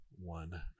one